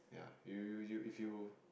ya you you you if you